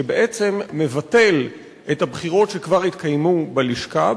שבעצם מבטל את הבחירות שכבר התקיימו בלשכה,